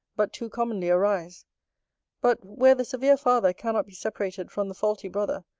but too commonly arise but, where the severe father cannot be separated from the faulty brother,